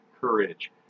courage